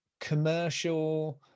commercial